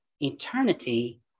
eternity